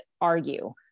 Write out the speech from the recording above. argue